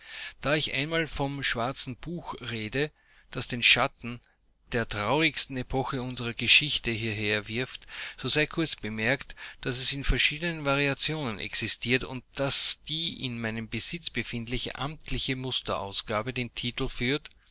da ich einmal vom schwarzen buch rede das den schatten der traurigsten epoche unserer geschichte hierher wirft so sei kurz bemerkt daß es in verschiedenen variationen existiert und daß die in meinem besitze befindliche amtliche musterausgabe den titel führt